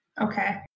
Okay